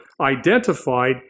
identified